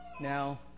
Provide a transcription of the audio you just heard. Now